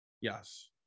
Yes